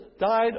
died